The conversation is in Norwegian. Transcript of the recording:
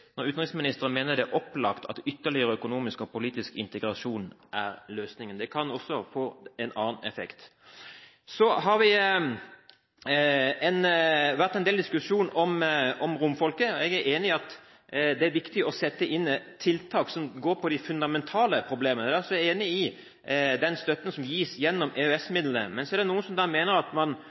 når utenriksministeren mener det er «opplagt» at ytterligere økonomisk og politisk integrasjon er løsningen. Det kan også få en annen effekt. Så har det vært en del diskusjon om romfolket. Jeg er enig i at det er viktig å sette inn tiltak som går på de fundamentale problemene. Jeg er også enig i den støtten som gis gjennom EØS-midlene. Men så er det noen som mener at man